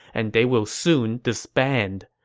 and they will soon disband.